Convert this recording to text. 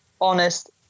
honest